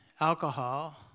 alcohol